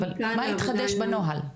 מה התחדש בנוהל?